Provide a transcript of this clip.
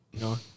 No